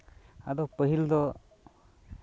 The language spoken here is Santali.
ᱟᱫᱚ ᱯᱟᱹᱦᱤᱞ ᱫᱚ